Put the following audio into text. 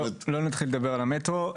לא נתחיל לדבר על המטרו.